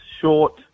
short